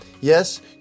Yes